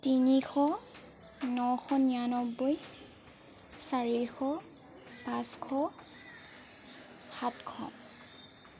তিনিশ নশ নিৰান্নব্বৈ চাৰিশ পাঁচশ সাতশ